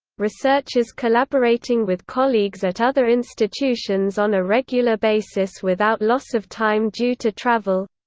researchers collaborating with colleagues at other institutions on a regular basis without loss of time due to travel